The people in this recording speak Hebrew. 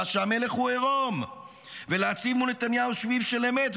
שהמלך הוא עירום ולהציב מול נתניהו שביב של אמת.